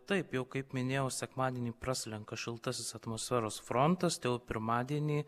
taip jau kaip minėjau sekmadienį praslenka šiltasis atmosferos frontas tai jau pirmadienį